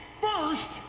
First